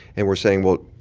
and we're saying, well,